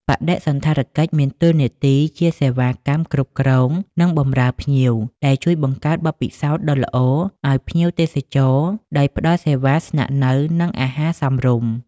បដិសណ្ឋារកិច្ចមានតួនាទីជាសេវាកម្មគ្រប់គ្រង និងបម្រើភ្ញៀវ ដែលជួយបង្កើតបទពិសោធន៍ដ៏ល្អឲ្យភ្ញៀវទេសចរដោយផ្តល់សេវាស្នាក់នៅ និងអាហារសមរម្យ។